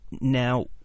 now